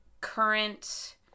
current